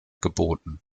geboten